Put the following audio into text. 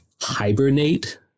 hibernate